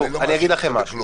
לא, אני לא מאשים אותך בכלום.